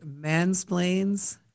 Mansplains